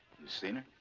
you seen her?